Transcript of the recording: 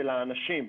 של האנשים,